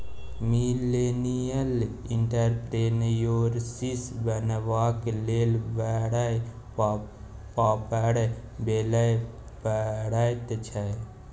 millennial entrepreneurship बनबाक लेल बड़ पापड़ बेलय पड़ैत छै